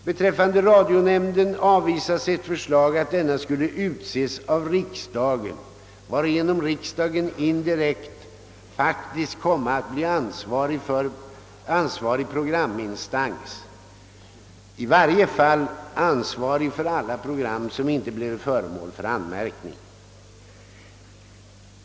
I fråga om radionämnden avvisas ett förslag att nämnden skulle utses av riksdagen, varigenom riksdagen indirekt faktiskt skulle komma att bli ansvarig programinstans — i varje fall ansvarig för alla program som inte blev föremål för anmärkning.